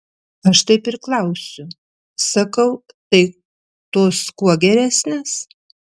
aš taip ir klausiu sakau tai tos kuo geresnės